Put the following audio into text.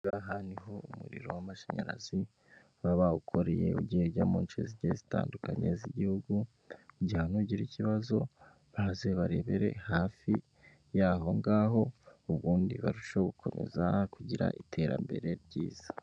Aha ngaha niho umuriro w'amashanyarazi baba bawukoreye ugiye ujya mu nce zigiye zitandukanye z'Igihugi kugira ngo nugira ikibazo baze barebere hafi y'aho ngaho, ubundi barusheho gukomeza kugira iterambere ryiza.